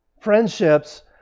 Friendships